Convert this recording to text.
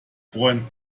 freund